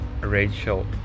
Rachel